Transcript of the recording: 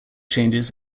changes